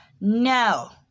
No